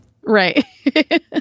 right